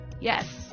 Yes